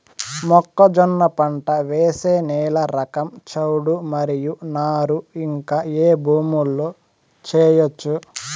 మొక్కజొన్న పంట వేసే నేల రకం చౌడు మరియు నారు ఇంకా ఏ భూముల్లో చేయొచ్చు?